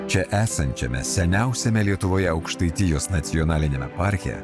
čia esančiame seniausiame lietuvoje aukštaitijos nacionaliniame parke